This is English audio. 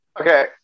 Okay